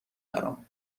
برام